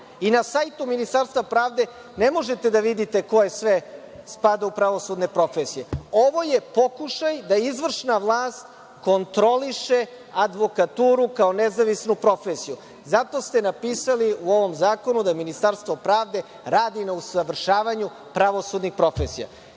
Na sajtu Ministarstva pravde ne možete da vidite ko sve spada u pravosudne profesije. Ovo je pokušaj da izvršna vlast kontroliše advokaturu kao nezavisnu profesiju. Zato ste napisali u ovom zakonu da Ministarstvo pravde radi na usavršavanju pravosudnih profesija. Iz